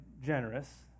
generous